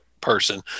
person